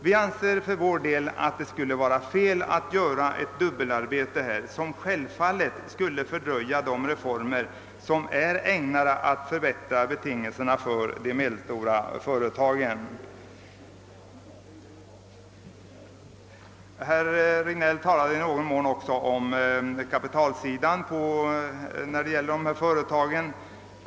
För vår del anser vi att det skulle vara felaktigt att göra ett sådant dubbelarbete, som självfallet skulle fördröja de reformer som är ägnade att förbättra betingelserna för de små och medelstora företagen. Herr Sjönell talade något om kapitalfrågorna för dessa företag.